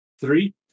Three